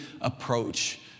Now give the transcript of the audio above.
approach